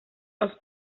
els